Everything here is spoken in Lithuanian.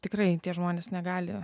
tikrai tie žmonės negali